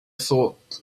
thought